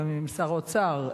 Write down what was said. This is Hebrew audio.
גם עם שר האוצר,